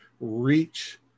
reach